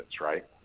right